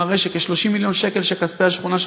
שמראה שכ-30 מיליון שקל של כספי השכונה,